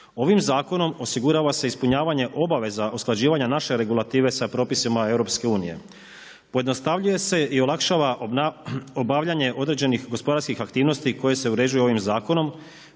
Ovim zakonom osigurava se ispunjavanje obaveza usklađivanja naše regulative sa propisima EU. Pojednostavljuje se olakšava obavljanje određenih gospodarskih aktivnosti koje se uređuju ovim zakonom